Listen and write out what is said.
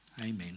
amen